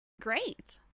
Great